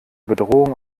bedrohungen